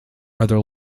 other